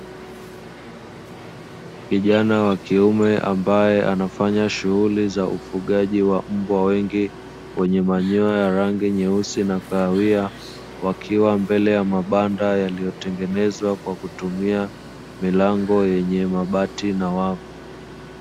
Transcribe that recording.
Kijana wa kiume ambaye anafanya shughuli za ufugaji wa mbwa wengi wenye manyoya ya rangi nyeusi na rangi ya kahawia, wakiwa mbele ya mabanda yaliyotengenezwa kwa kutumia milango yenye mabati na wavu.